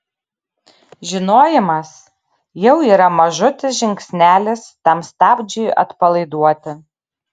žinojimas jau yra mažutis žingsnelis tam stabdžiui atpalaiduoti